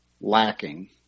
lacking